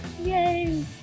Yay